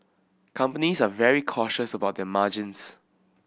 companies are very cautious about their margins